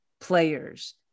players